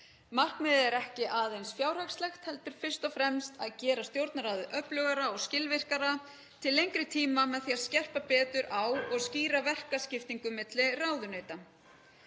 Markmiðið er ekki aðeins fjárhagslegt heldur fyrst og fremst að gera Stjórnarráðið öflugra og skilvirkara til lengri tíma með því að skerpa betur á og skýra verkaskiptingu milli ráðuneyta.